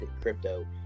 crypto